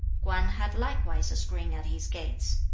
kwan had likewise a screen at his gate.